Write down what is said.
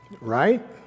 Right